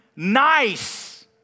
nice